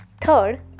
third